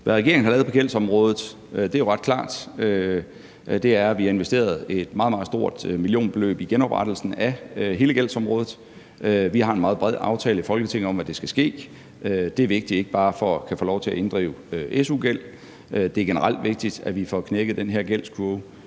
Hvad regeringen har lavet på gældsområdet, er jo ret klart, og det er, at vi har investeret et meget, meget stort millionbeløb i genoprettelsen af hele gældsområdet. Vi har en meget bred aftale i Folketinget om, at det skal ske. Det er vigtigt, ikke bare for at kunne få lov til at inddrive su-gæld; det er generelt vigtigt, at vi får knækket den her gældskurve.